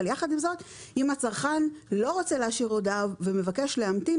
אבל יחד עם זאת אם הצרכן לא רוצה להשאיר הודעה ומבקש להמתין,